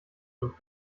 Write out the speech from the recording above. und